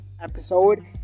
episode